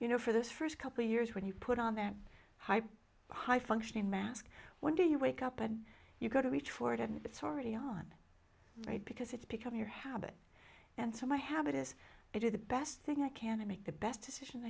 you know for those first couple of years when you put on that high high functioning mask when do you wake up and you go to reach for it and it's already gone right because it's become your habit and so my habit is to do the best thing i can to make the best decision